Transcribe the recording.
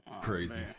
Crazy